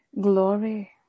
glory